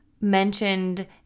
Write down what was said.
mentioned